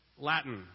Latin